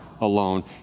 alone